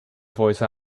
voice